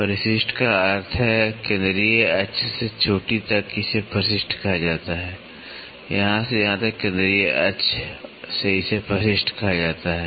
परिशिष्ट का अर्थ है केंद्रीय अक्ष से चोटी तक इसे परिशिष्ट कहा जाता है यहां से यहां तक केंद्रीय अक्ष से इसे परिशिष्ट कहा जाता है